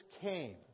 came